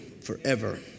forever